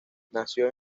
nació